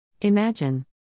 Imagine